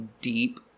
deep